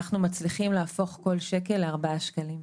אנחנו מצליחים להפוך כל שקל לארבעה שקלים.